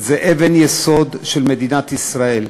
אבן יסוד של מדינת ישראל.